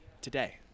today